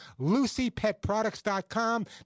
LucyPetProducts.com